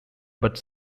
but